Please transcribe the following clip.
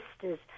sisters